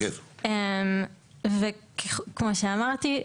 וכמו שאמרתי,